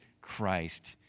Christ